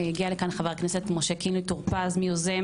הגיע לכאן חבר הכנסת משה קינלי טור פז יוזם